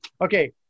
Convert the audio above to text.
Okay